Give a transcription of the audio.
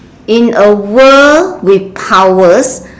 in a world with powers